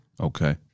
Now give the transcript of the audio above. Okay